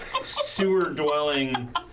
sewer-dwelling